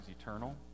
eternal